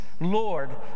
Lord